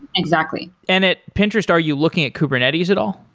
exactly and at pinterest, are you looking at kubernetes at all?